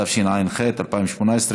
התשע"ח 2018,